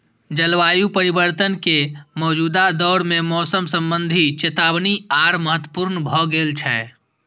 जलवायु परिवर्तन के मौजूदा दौर मे मौसम संबंधी चेतावनी आर महत्वपूर्ण भए गेल छै